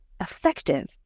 effective